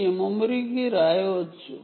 ఈ మెమరీ లోని ఒక భాగం లో మీరు రాయవచ్చు